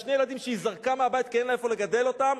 ושני ילדים שהיא זרקה מהבית כי אין לה איפה לגדל אותם,